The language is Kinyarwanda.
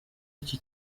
iki